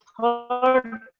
third